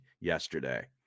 yesterday